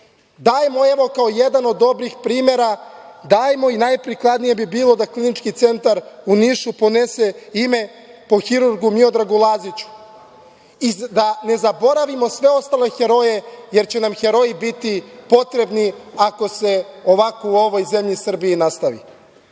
Dajmo, evo, kao jedan od dobrih primera, dajmo i najprikladnije bi bilo da Klinički centar u Nišu ponese ime po hirurgu Miodragu Laziću i da ne zaboravimo sve ostale heroje, jer će nam heroji biti potrebni ako se ovako u ovoj zemlji Srbiji nastavi.